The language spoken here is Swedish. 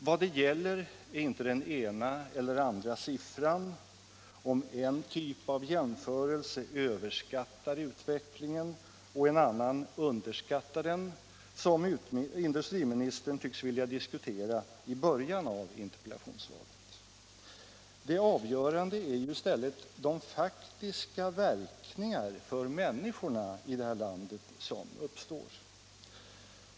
Vad det gäller är inte den ena eller andra siffran, om en typ av jämförelse överskattar utvecklingen och en annan underskattar den, så som industriministern tycks vilja föra diskussionen i början av interpellationssvaret. Det avgörande är ju i stället de faktiska verkningar för människorna i det här landet som uppstår.